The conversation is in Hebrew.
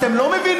אתם לא מבינים,